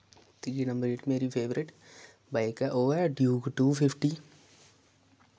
त्रिये नम्बर जेह्ड़ी मेरी फेवरेट बाइक ओह् ऐ ड्यूक टू फिफ्टी